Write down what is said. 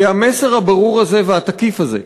כי המסר הברור הזה והתקיף הזה,